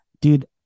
dude